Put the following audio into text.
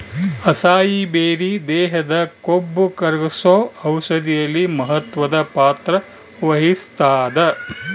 acai berry ದೇಹದ ಕೊಬ್ಬುಕರಗ್ಸೋ ಔಷಧಿಯಲ್ಲಿ ಮಹತ್ವದ ಪಾತ್ರ ವಹಿಸ್ತಾದ